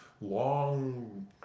long